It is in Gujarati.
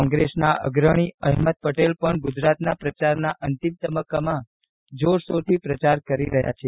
કોંગ્રેસના અગ્રણી અહેમદ પટેલે પણ ગુજરાતના પ્રચારના અંતિમ તબક્કામાં જોરશોરથી પ્રચાર કર્યો છે